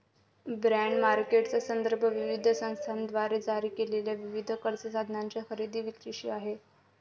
bond मार्केटचा संदर्भ विविध संस्थांद्वारे जारी केलेल्या विविध कर्ज साधनांच्या खरेदी विक्रीशी आहे